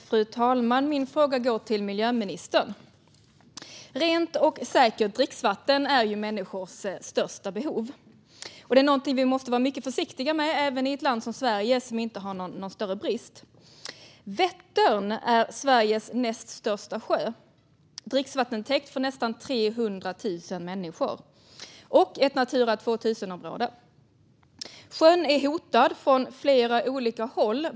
Fru talman! Min fråga går till miljöministern. Rent och säkert dricksvatten är människors största behov. Det är någonting vi måste vara mycket försiktiga med, även i ett land som Sverige som inte har någon större brist. Vättern är Sveriges näst största sjö, dricksvattentäkt för nästan 300 000 människor och ett Natura 2000-område. Sjön är hotad från flera olika håll.